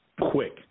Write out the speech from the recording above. Quick